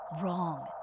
wrong